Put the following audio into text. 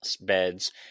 beds